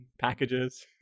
packages